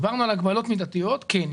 דיברנו על הגבלות מידתיות, כן.